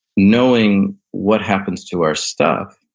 knowing what happens to our stuff,